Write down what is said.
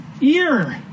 ear